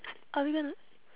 are we gonna